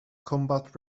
combat